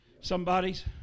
Somebody's